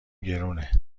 گرونه